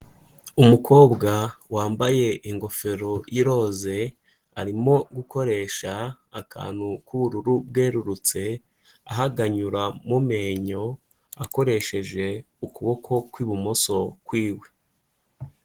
Umukobwa wambaye ingofero y'iroze, arimo gukoresha akantu k'ubururu bwerurutse ahaganyura mu menyo akoresheje ukuboko kw'ibumoso kwiwe.